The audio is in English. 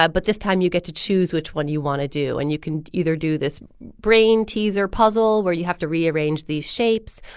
ah but this time you get to choose which one you want to do. and you can either do this brainteaser puzzle where you have to rearrange these shapes,